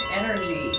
energy